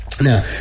Now